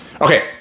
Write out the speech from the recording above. Okay